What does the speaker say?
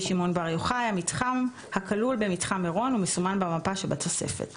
שמעון בר יוחאי" המתחם הכלול במתחם מירון ומסומן במפה שבתוספת